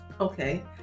Okay